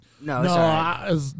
No